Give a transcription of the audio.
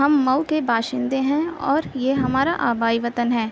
ہم مئو کے باشندے ہیں اور یہ ہمارا آبائی وطن ہے